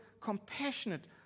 compassionate